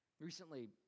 Recently